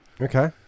Okay